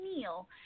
Neil